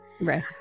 Right